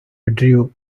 withdrew